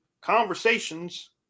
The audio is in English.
Conversations